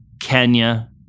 Kenya